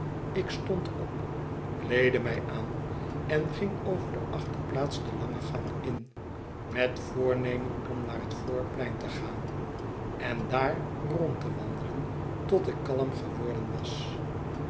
ik stond op kleedde mij aan en ging over de achterplaats den langen gang in met voornemen om naar het voorplein te gaan en daar rond te wandelen tot ik kalm geworden was